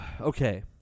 Okay